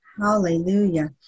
Hallelujah